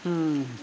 ᱦᱩᱸ